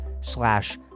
slash